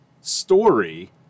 story